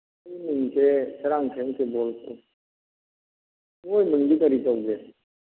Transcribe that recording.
ꯑꯩ ꯃꯤꯡꯁꯦ ꯁꯔꯥꯡꯊꯦꯝ ꯁꯨꯕꯣꯜ ꯀꯧꯏ ꯏꯕꯨꯡꯉꯣꯒꯤ ꯃꯤꯡꯗꯤ ꯀꯔꯤ ꯀꯧꯒꯦ